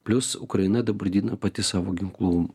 plius ukraina dabar didina pati savo ginklų